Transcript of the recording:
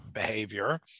behavior